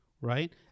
Right